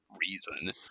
reason